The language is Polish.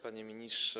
Panie Ministrze!